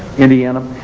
indiana,